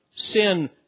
Sin